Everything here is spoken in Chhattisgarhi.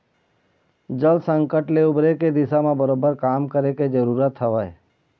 जल संकट ले उबरे के दिशा म बरोबर काम करे के जरुरत हवय